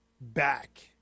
back